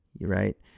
right